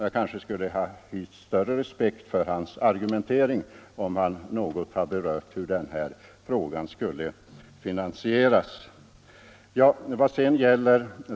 Jag kanske skulle ha hyst större respekt för hans argumentering om han något hade berört hur den här ökningen skulle finansieras.